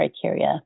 criteria